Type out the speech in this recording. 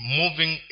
moving